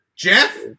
Jeff